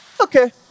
okay